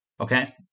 Okay